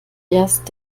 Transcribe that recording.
erst